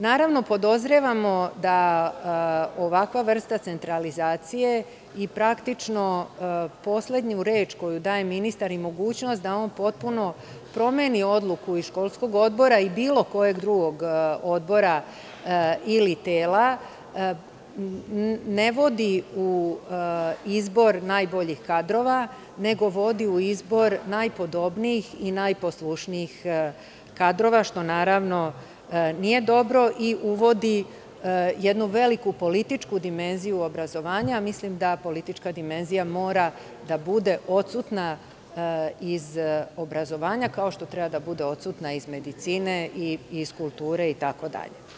Naravno, podozrevamo da ovakva vrsta centralizacije i praktično poslednju reč koju daje ministar i mogućnost da on potpuno promeni odluku školskog odbora i bilo kog drugog odbora ili tela ne vodi u izboru najboljih kadrova, nego vodi u izbor najpodobnijih i najposlušnijih kadrova, što naravno nije dobro i uvodi jednu veliku političku dimenziju u obrazovanje, a mislim da politička dimenzija mora da bude odsutna iz obrazovanja, kao što treba da bude odsutna i iz medicine, iz kulture itd.